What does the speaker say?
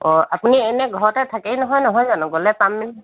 অঁ আপুনি এনে ঘৰতে থাকেই নহয়জানো গ'লে পাম নে